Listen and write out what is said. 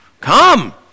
come